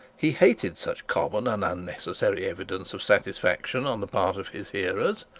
he hated such common and unnecessary evidence of satisfaction on the part of his hearers.